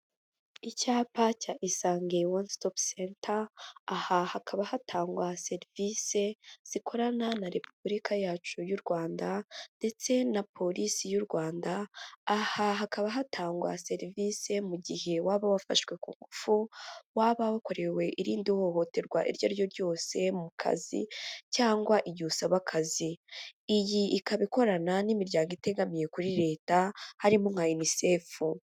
Icyapa cya Isange One Stop Center, aha hakaba hatangwa serivisi zikorana na Repubulika yacu y'u Rwanda ndetse na polisi y'u Rwanda, aha hakaba hatangwa serivisi mu gihe waba wafashwe ku ngufu, waba wakorewe irindi hohoterwa iryo ari ryo ryose mu kazi cyangwa igihe usaba akazi, iyi ikaba ikorana n'imiryango itegamiye kuri leta harimo nka UNICEF.